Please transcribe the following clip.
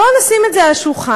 בואו נשים את זה על השולחן.